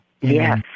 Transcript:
Yes